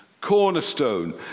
cornerstone